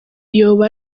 yoba